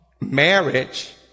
marriage